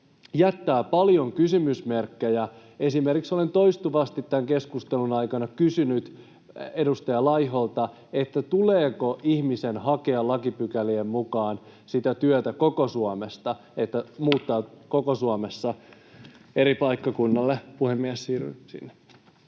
jättää paljon kysymysmerkkejä. Olen esimerkiksi toistuvasti tämän keskustelun aikana kysynyt edustaja Laiholta, tuleeko ihmisen hakea lakipykälien mukaan työtä koko Suomesta, niin että muuttaa koko Suomessa eri paikkakunnalle. — Puhemies, siirryn sinne.